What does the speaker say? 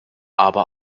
aber